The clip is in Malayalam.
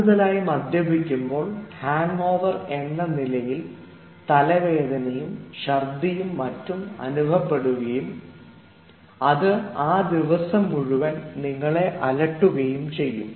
കൂടുതലായി മദ്യപിക്കുമ്പോൾ ഹാങ്ഓവർ എന്ന നിലയിൽ തലവേദനയും ശർദ്ദിയും മറ്റും അനുഭവപ്പെടുകയും അത് ആ ദിവസം മുഴുവനും നിങ്ങളെ അലട്ടുകയും ചെയ്യും